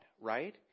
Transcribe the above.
right